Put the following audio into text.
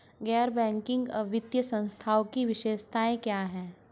गैर बैंकिंग वित्तीय संस्थानों की विशेषताएं क्या हैं?